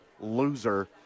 loser